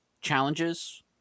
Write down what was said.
challenges